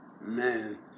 man